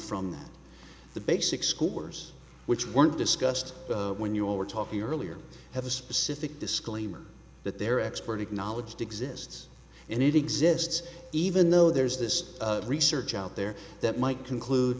from the basic scores which weren't discussed when you all were talking earlier have a specific disclaimer that their expert acknowledged exists and it exists even though there's this research out there that might conclude